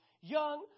young